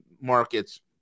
markets